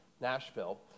Nashville